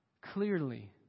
clearly